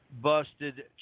busted